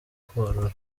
korora